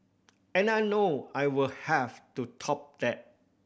and I know I will have to top that